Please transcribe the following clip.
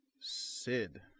Sid